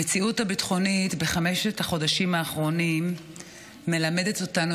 המציאות הביטחונית בחמשת החודשים האחרונים מלמדת אותנו,